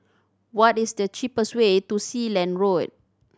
what is the cheapest way to Sealand Road